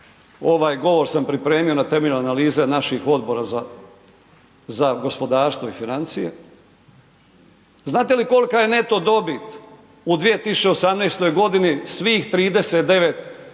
ovaj govor sam pripremio na temelju analize naših odbora za gospodarstvo i financije. Znate li kolika je neto dobit u 2018. godini svih 39 društava